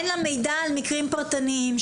אין לה מידע על מקרים פרטניים,